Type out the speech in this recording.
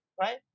right